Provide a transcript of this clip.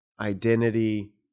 identity